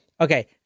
Okay